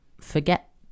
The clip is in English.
forget